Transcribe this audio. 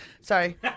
Sorry